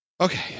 Okay